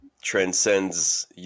transcends